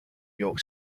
york